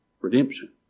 redemption